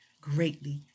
greatly